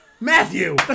Matthew